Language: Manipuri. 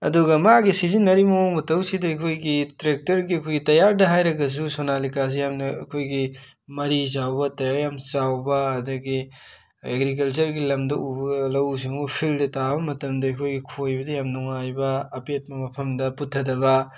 ꯑꯗꯨꯒ ꯃꯥꯒꯤ ꯁꯤꯖꯟꯅꯔꯤꯕ ꯃꯋꯣꯡ ꯃꯇꯧꯁꯤꯗ ꯑꯩꯈꯣꯏꯒꯤ ꯇ꯭ꯔꯦꯛꯇꯔꯒꯤ ꯑꯩꯈꯣꯏ ꯇꯩꯌꯥꯔꯗ ꯍꯥꯏꯔꯒꯖꯨ ꯁꯣꯅꯥꯂꯤꯀꯥꯁꯦ ꯌꯥꯝꯅ ꯑꯈꯣꯏꯒꯤ ꯃꯔꯤ ꯆꯥꯎꯕ ꯇꯩꯌꯥꯔ ꯌꯥꯝ ꯆꯥꯎꯕ ꯑꯗꯒꯤ ꯑꯦꯒ꯭ꯔꯤꯀꯜꯆꯔꯒꯤ ꯂꯝꯗ ꯎꯕ ꯂꯧꯋꯨ ꯁꯤꯡꯉꯨ ꯐꯤꯜꯗ ꯇꯥꯕ ꯃꯇꯝꯗ ꯑꯩꯈꯣꯏꯒꯤ ꯈꯣꯏꯕꯗ ꯌꯥꯝ ꯅꯨꯡꯉꯥꯏꯇꯕ ꯑꯄꯩꯠꯄ ꯃꯐꯝꯗ ꯄꯨꯊꯗꯕ